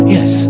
Yes